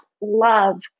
love